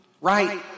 right